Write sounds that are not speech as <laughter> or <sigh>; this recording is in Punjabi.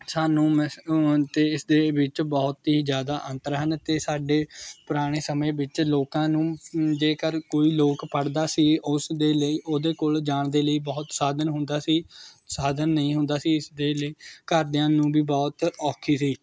ਸਾਨੂੰ <unintelligible> ਦੇਸ਼ ਦੇ ਵਿੱਚ ਬਹੁਤ ਹੀ ਜ਼ਿਆਦਾ ਅੰਤਰ ਹਨ ਅਤੇ ਸਾਡੇ ਪੁਰਾਣੇ ਸਮੇਂ ਵਿੱਚ ਲੋਕਾਂ ਨੂੰ ਜੇਕਰ ਕੋਈ ਲੋਕ ਪੜ੍ਹਦਾ ਸੀ ਉਸਦੇ ਲਈ ਉਹਦੇ ਕੋਲ ਜਾਣ ਦੇ ਲਈ ਬਹੁਤ ਸਾਧਨ ਹੁੰਦਾ ਸੀ ਸਾਧਨ ਨਹੀਂ ਹੁੰਦਾ ਸੀ ਇਸਦੇ ਲਈ ਘਰਦਿਆਂ ਨੂੰ ਵੀ ਬਹੁਤ ਔਖੀ ਸੀ